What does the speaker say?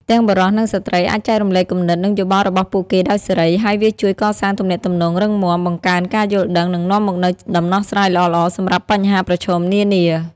ទាំងបុរស និងស្ត្រីអាចចែករំលែកគំនិត និងយោបល់របស់ពួកគេដោយសេរី ហើយវាជួយកសាងទំនាក់ទំនងរឹងមាំ បង្កើនការយល់ដឹង និងនាំមកនូវដំណោះស្រាយល្អៗសម្រាប់បញ្ហាប្រឈមនានា។